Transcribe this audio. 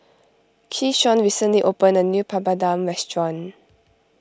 Keyshawn recently opened a new Papadum restaurant